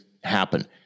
happen